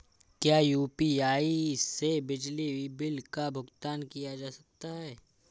क्या यू.पी.आई से बिजली बिल का भुगतान किया जा सकता है?